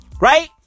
right